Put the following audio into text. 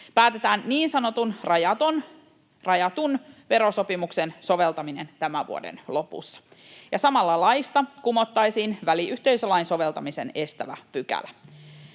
päätetään niin sanotun rajatun verosopimuksen soveltaminen tämän vuoden lopussa. Samalla laista kumottaisiin väliyhteisölain soveltamisen estävä pykälä.